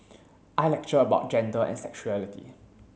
I lecture about gender and sexuality